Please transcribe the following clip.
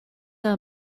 are